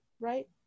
right